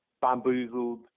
bamboozled